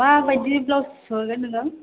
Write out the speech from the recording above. माबायदि ब्लाउस सुहोगोन नों